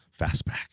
Fastback